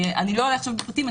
אני לא אלאה עכשיו בפרטים,